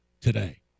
today